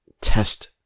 test